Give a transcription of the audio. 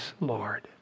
Lord